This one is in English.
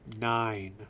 nine